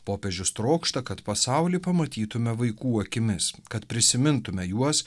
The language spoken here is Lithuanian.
popiežius trokšta kad pasaulį pamatytume vaikų akimis kad prisimintume juos